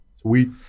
sweet